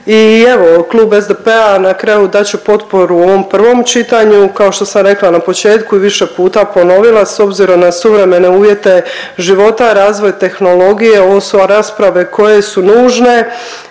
I evo, klub SDP-a na kraju dat će potporu ovom prvom čitanju. Kao što sam rekla na početku i više puta ponovila s obzirom na suvremene uvjete života, razvoj tehnologije ovo su rasprave koje su nužne.